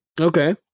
Okay